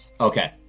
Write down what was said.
Okay